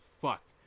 fucked